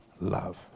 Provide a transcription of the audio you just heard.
love